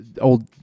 old